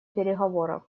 переговоров